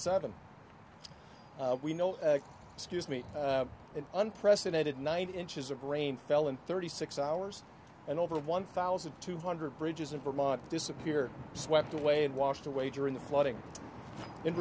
seven we know excuse me an unprecedented nineteen inches of rain fell in thirty six hours and over one thousand two hundred bridges of vermont disappear swept away and washed away during the flooding in